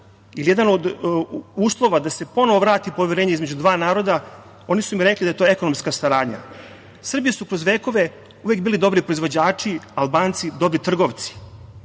jedan od uslova da se ponovo vrati poverenje između dva naroda, oni su mi rekli da je to ekonomska saradnja. Srbi su kroz vekove uvek bili dobri proizvođači, Albanci dobri trgovci